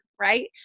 right